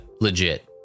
legit